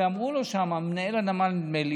ומנהל הנמל,